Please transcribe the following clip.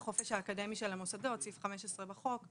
החופש האקדמי של המוסדות, סעיף 15 בחוק,